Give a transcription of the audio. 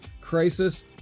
crisis